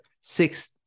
six-